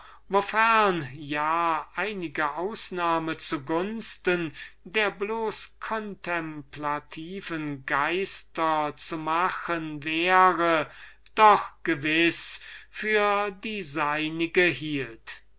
ja einige ausnahme zu gunsten der bloß kontemplativen geister zu machen wäre doch gewiß für die